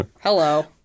Hello